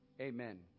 Amen